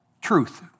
Truth